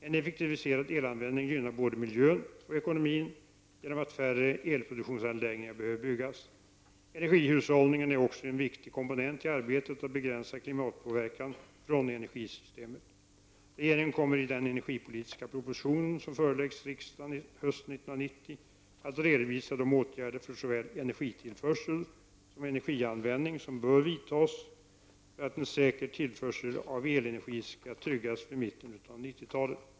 En effektiviserad elanvändning gynnar både miljön och ekonomin genom att färre elproduktionsanläggningar behöver byggas. Energihushållning är också en viktig komponent i arbetet att begränsa klimatpåverkan från energisystemet. Regeringen kommer i den energipolitiska propositionen som föreläggs riksdagen hösten 1990 att redovisa de åtgärder för såväl energitillförsel som energianvändning som bör vidtas för att en säker tillförsel av elenergi skall tryggas vid mitten av 1990-talet.